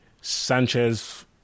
Sanchez